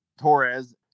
Torres